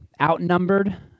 Outnumbered